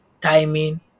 timing